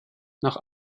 nach